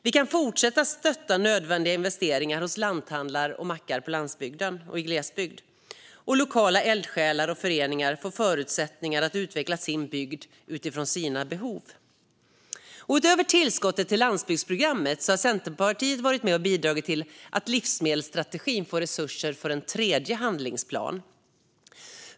Vi kan fortsätta att stötta nödvändiga investeringar i lanthandlar och mackar på landsbygden och i glesbygd. Och lokala eldsjälar och föreningar får förutsättningar att utveckla sin bygd utifrån sina behov. Utöver tillskottet till landsbygdsprogrammet har Centerpartiet varit med och bidragit till att livsmedelsstrategin får resurser för en tredje handlingsplan.